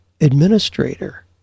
administrator